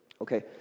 Okay